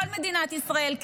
כל מדינת ישראל,